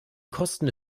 kosten